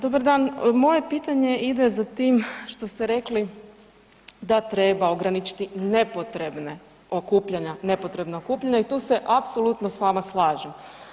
Dobar dan, moje pitanje ide za tim što ste rekli da treba ograničiti nepotrebne okupljanja, nepotrebna okupljanja i tu se apsolutno s vama slažem.